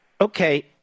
okay